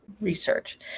research